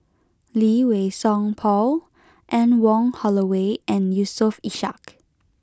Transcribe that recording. Lee Wei Song Paul Anne Wong Holloway and Yusof Ishak